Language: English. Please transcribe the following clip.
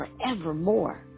forevermore